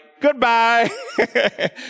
goodbye